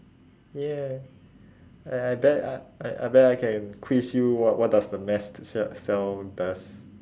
ya I I bet I I I bet I can quiz you what what does the mast to cell cell does